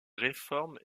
réformes